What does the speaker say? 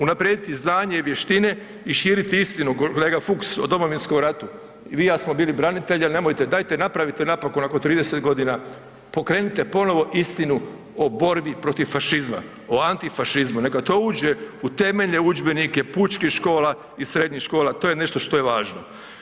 Unaprijediti znanje i vještine i širiti istinu kolega Fuchs o Domovinskom ratu i vi i ja smo bili branitelji, ali nemojte dajte napravite napokon nakon 30 godina pokrenite ponovo istinu o borbi protiv fašizma, o antifašizmu neka to uđe u temeljne udžbenike pučkih škola i srednjih škola, to je nešto što je važno.